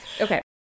Okay